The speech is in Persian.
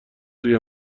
سوی